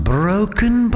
broken